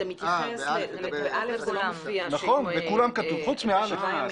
בכולם כתוב חוץ מ-(א).